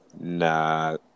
Nah